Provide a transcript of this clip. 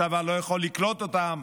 הצבא לא יכול לקלוט אותם.